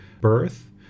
birth